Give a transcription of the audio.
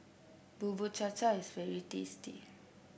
Bubur Cha Cha is very tasty